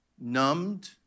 numbed